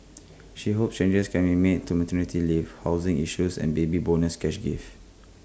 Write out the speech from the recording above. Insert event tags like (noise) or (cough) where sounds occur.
(noise) she hopes changes can be made to maternity leave housing issues and Baby Bonus cash gift